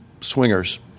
swingers